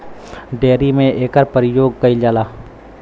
dairy में एकर परियोग कईल जाला